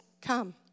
come